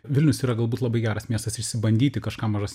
vilnius yra galbūt labai geras miestas išsibandyti kažką mažas